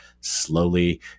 slowly